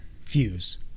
fuse